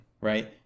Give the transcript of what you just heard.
right